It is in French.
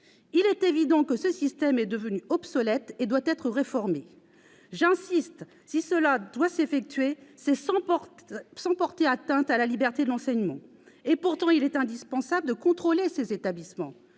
Il est évident que ce système est devenu obsolète et qu'il doit être réformé. J'y insiste, si ce changement doit s'effectuer, c'est sans porter atteinte à la liberté de l'enseignement. Pourtant, il est indispensable de contrôler ces établissements,